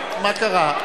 אנחנו נתנו חופש הצבעה.